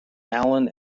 allen